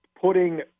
putting